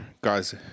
guys